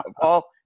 Paul